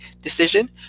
decision